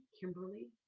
Kimberly